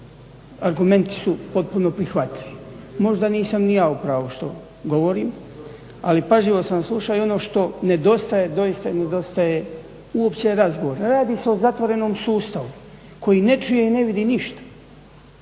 iznijeli argumenti su potpuno prihvatljivi, možda nisam ni ja u pravu što govorim ali pažljivo sam slušao i ono što nedostaje doista nedostaje uopće razgovara. Radi se o zatvorenom sustavu koji ne čuje i ne vidi ništa.